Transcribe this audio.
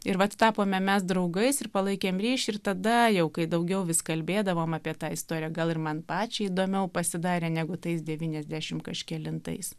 ir vat tapome mes draugais ir palaikėm ryšį ir tada jau kai daugiau vis kalbėdavom apie tą istoriją gal ir man pačiai įdomiau pasidarė negu tais devyniasdešimt kažkelintais